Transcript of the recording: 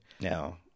no